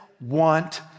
want